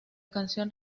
canción